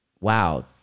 wow